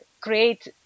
create